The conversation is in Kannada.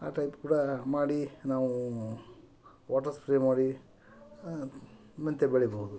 ಆ ಟೈಪ್ ಕೂಡ ಮಾಡಿ ನಾವು ವಾಟರ್ ಸ್ಪ್ರೇ ಮಾಡಿ ಮೆಂತೆ ಬೆಳಿಬೋದು